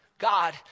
God